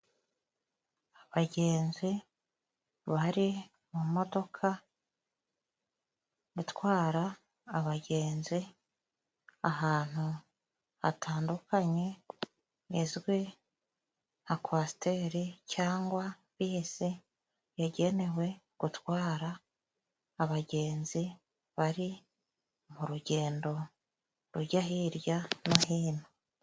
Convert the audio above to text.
Abagenzi bari mu modoka itwara abagenzi ahantu hatandukanye, izwi nka kwasiteri cyangwa bisi yagenewe gutwara abagenzi, bari mu rugendo rujya hirya no hino.